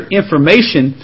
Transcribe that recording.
information